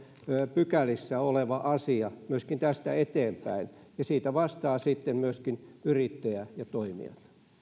pykälissä oleva asia myöskin tästä eteenpäin ja siitä vastaavat sitten myöskin yrittäjä ja toimijat